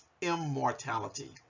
immortality